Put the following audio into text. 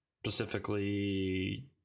specifically